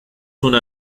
una